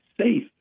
safe